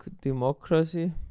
democracy